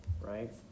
right